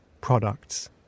products